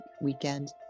weekend